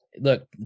Look